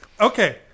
okay